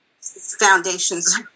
foundations